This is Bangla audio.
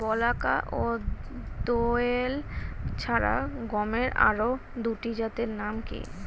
বলাকা ও দোয়েল ছাড়া গমের আরো দুটি জাতের নাম কি?